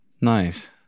nice